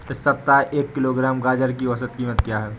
इस सप्ताह एक किलोग्राम गाजर की औसत कीमत क्या है?